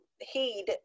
heed